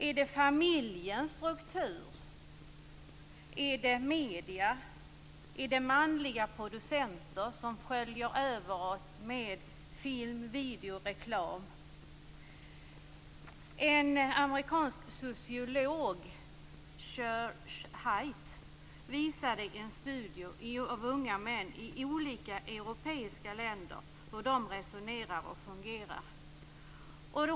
Är det familjens struktur? Är det medierna? Är det manliga producenter som sköljer över oss med film, video och reklam? En amerikansk sociolog, Shere Hite, visade i en studie om unga män i olika europeiska länder hur de resonerar och fungerar.